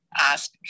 ask